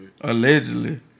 Allegedly